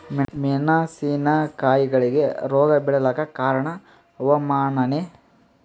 ಮೆಣಸಿನ ಕಾಯಿಗಳಿಗಿ ರೋಗ ಬಿಳಲಾಕ ಕಾರಣ ಹವಾಮಾನನೇ?